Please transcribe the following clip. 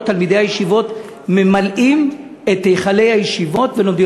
תלמידי הישיבות ממלאים את היכלי הישיבות ולומדים.